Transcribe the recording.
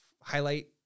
highlight